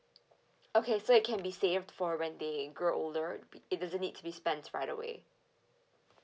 okay so it can be saved for when they grow older be it doesn't need to be spent right away